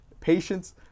patience